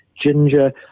ginger